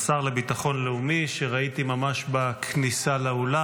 השר לביטחון לאומי, שראיתי ממש בכניסה לאולם,